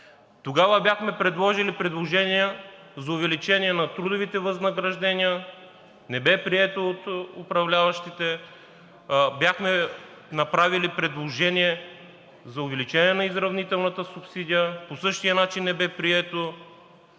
Тогава бяхме направили предложения за увеличаване на трудовите възнаграждения, но не бе прието от управляващите. Бяхме направили предложения за увеличение на изравнителната субсидия – по същия начин не бе прието.